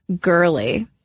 girly